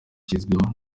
yashyizweho